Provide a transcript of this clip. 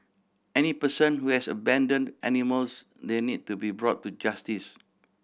any person who has abandon animals they need to be brought to justice